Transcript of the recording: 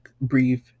breathe